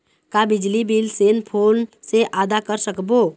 का बिजली bill cell phone से आदा कर सकबो?